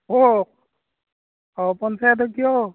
কওক অঁ পঞ্চায়তক কিয়